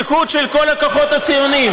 באיחוד של כל הכוחות הציוניים.